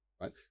Right